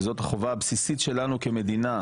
שזאת החובה הבסיסית שלנו כמדינה,